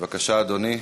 בבקשה, אדוני.